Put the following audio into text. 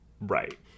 Right